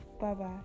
Bye-bye